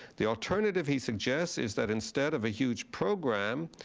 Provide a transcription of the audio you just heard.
the alternative, he suggests, is that instead of a huge program,